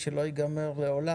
שלא יגמר לעולם",